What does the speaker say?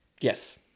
Yes